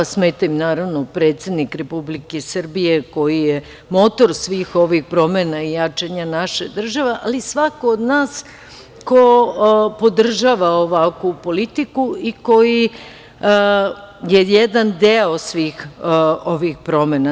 Smeta im, naravno, predsednik Republike Srbije koji je motor svih ovih promena i jačanja naše države, ali i svako od nas ko podržava ovakvu politiku i koji je jedan deo svih ovih promena.